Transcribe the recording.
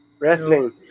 Wrestling